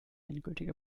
endgültige